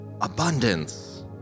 abundance